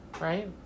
Right